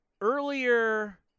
earlier